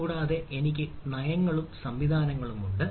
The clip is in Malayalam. കൂടാതെ എനിക്ക് നയങ്ങളും സംവിധാനങ്ങളും ഉണ്ട്